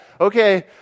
Okay